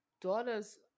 daughter's